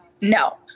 no